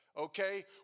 Okay